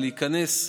ולהיכנס,